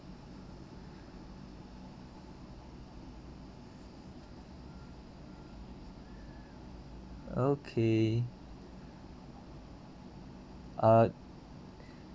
okay uh